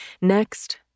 Next